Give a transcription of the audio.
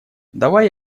давай